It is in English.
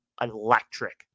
electric